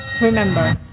remember